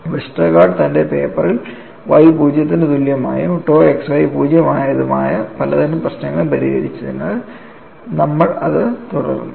Westergaard തന്റെ പേപ്പറിൽ y പൂജ്യത്തിനു തുല്യമായതും tau xy പൂജ്യം ആയതുമായ പലതരം പ്രശ്നങ്ങളും പരിഹരിച്ചതിനാൽ നമ്മൾ അത് തുടർന്നു